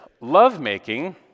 lovemaking